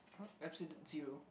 absolute zero